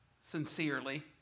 sincerely